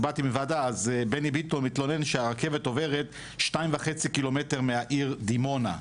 בני ביטון מתלונן שתחנת הרכבת עוברת 2.5 קילומטר מהעיר דימונה.